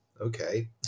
okay